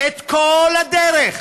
את כל הדרך: